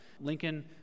Lincoln